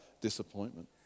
disappointment